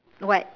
what